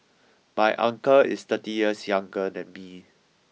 my uncle is thirty years younger than me